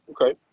okay